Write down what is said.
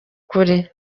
kure